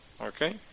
okay